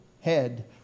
head